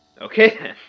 okay